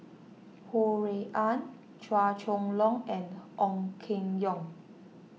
Ho Rui An Chua Chong Long and Ong Keng Yong